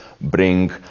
bring